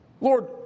Lord